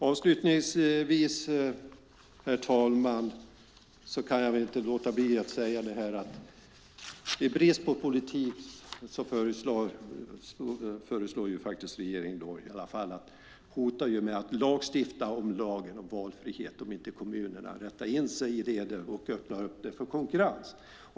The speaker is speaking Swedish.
Avslutningsvis, herr talman, kan jag inte låta bli att säga: I brist på politik hotar regeringen med att lagstifta - det gäller lagen om valfrihet - om inte kommunerna rättar in sig i leden och öppnar för konkurrens.